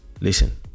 Listen